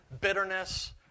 bitterness